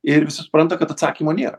ir visi supranta kad atsakymo nėra